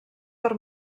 per